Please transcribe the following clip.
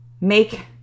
make